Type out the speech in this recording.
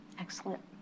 Excellent